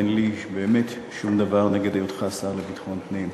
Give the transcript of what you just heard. אין לי באמת שום דבר נגד היותך השר לביטחון פנים.